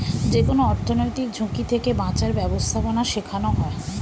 যেকোনো অর্থনৈতিক ঝুঁকি থেকে বাঁচার ব্যাবস্থাপনা শেখানো হয়